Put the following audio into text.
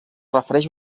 refereix